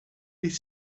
die